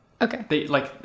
Okay